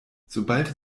sobald